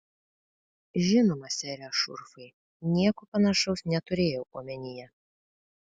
žinoma sere šurfai nieko panašaus neturėjau omenyje